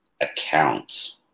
accounts